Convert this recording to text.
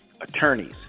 Attorneys